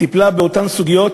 טיפלה באותן סוגיות